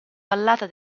vallata